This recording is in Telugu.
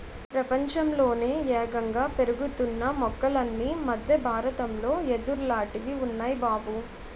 ప్రపంచంలోనే యేగంగా పెరుగుతున్న మొక్కలన్నీ మద్దె బారతంలో యెదుర్లాటివి ఉన్నాయ్ బాబూ